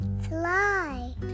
fly